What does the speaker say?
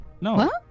No